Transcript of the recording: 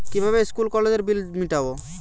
কিভাবে স্কুল কলেজের বিল মিটাব?